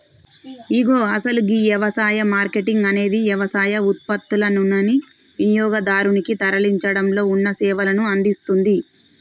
ఇగో అసలు గీ యవసాయ మార్కేటింగ్ అనేది యవసాయ ఉత్పత్తులనుని వినియోగదారునికి తరలించడంలో ఉన్న సేవలను అందిస్తుంది